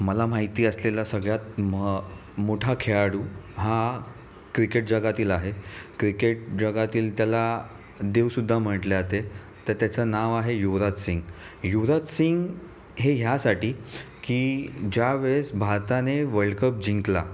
मला माहिती असलेला सगळ्यात मह मोठा खेळाडू हा क्रिकेट जगातील आहे क्रिकेट जगातील त्याला देवसुद्धा म्हटलं जाते तर त्याचं नाव आहे युवराज सिंग युवराज सिंग हे ह्यासाठी की ज्या वेळेस भारताने वर्ल्ड कप जिंकला